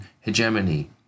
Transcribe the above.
hegemony